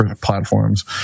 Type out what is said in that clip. platforms